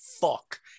fuck